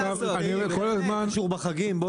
בחגים.